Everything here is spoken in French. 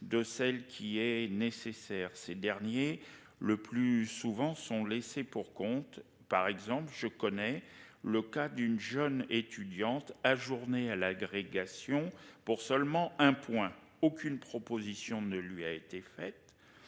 de celle qui est nécessaire. Ces derniers, le plus souvent sont laissés pour compte par exemple je connais le cas d'une jeune étudiante ajourné à l'agrégation pour seulement 1. Aucune proposition ne lui a été faite.